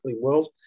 world